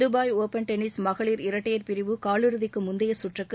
Dubai open tennis மகளிர் இரட்டையர் பிரிவு காலிறுதிக்கு முந்தைய கற்றுக்கு